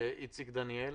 איציק דניאל